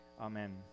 amen